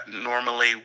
normally